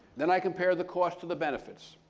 then i compared the costs to the benefits.